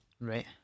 Right